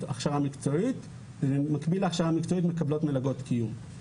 הכשרה מקצועית ובמקביל להכשרה המקצועית מקבלות מלגות קיום.